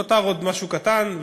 נותר עוד משהו קטן.